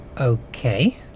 Okay